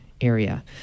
area